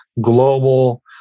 global